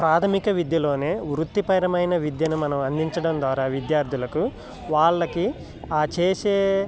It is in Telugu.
ప్రాథమిక విద్యలోనే వృత్తిపరమైన విద్యను మనం అందించడం ద్వారా విద్యార్థులకు వాళ్ళకి ఆ చేసే